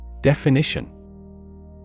Definition